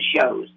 shows